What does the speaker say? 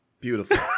Beautiful